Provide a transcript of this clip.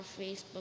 Facebook